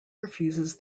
refuses